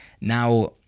now